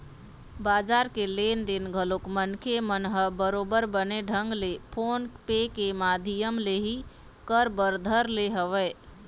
बजार के लेन देन घलोक मनखे मन ह बरोबर बने ढंग ले फोन पे के माधियम ले ही कर बर धर ले हवय